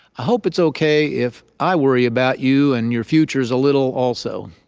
ah hope it's ok if i worry about you and your futures a little also.